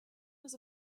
was